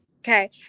okay